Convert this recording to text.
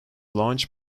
launched